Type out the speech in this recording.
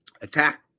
attack